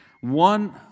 One